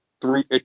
three